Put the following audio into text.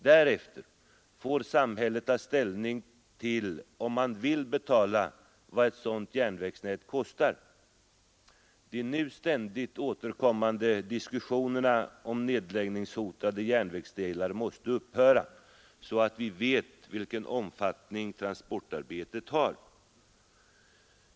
Därefter får samhället ta ställning till om man vill betala vad ett sådant järnvägsnät kostar. De nu ständigt återkommande diskussionerna om nedläggningshotade järnvägsdelar måste upphöra, så att vi vet vilken omfattning transportarbetet har.